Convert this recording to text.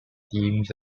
teams